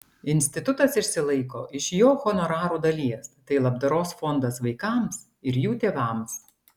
institutas išsilaiko iš jo honorarų dalies tai labdaros fondas vaikams ir jų tėvams